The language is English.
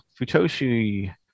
Futoshi